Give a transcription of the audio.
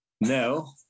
No